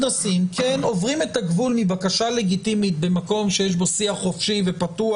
עוברים את הגבול מבקשה לגיטימית במקום שיש בו שיח חופשי ופתוח